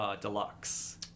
deluxe